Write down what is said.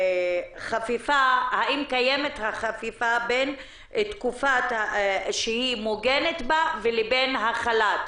האם קיימת חפיפה בין התקופה שבה היא מוגנת בה לבין החל"ת?